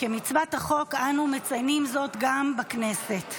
כמצוות החוק, אנו מציינים זאת גם בכנסת.